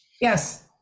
yes